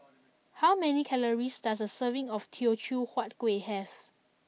how many calories does a serving of Teochew Huat Kueh have